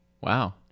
Wow